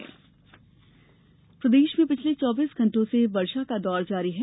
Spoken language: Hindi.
मौसम प्रदेश में पिछले चौबीस घंटों से वर्षा का दौर जारी है